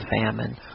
famine